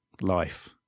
life